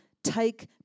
Take